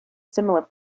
similar